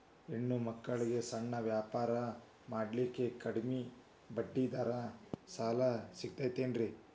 ಹೆಣ್ಣ ಮಕ್ಕಳಿಗೆ ಸಣ್ಣ ವ್ಯಾಪಾರ ಮಾಡ್ಲಿಕ್ಕೆ ಕಡಿಮಿ ಬಡ್ಡಿದಾಗ ಸಾಲ ಸಿಗತೈತೇನ್ರಿ?